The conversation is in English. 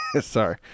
Sorry